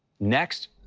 next.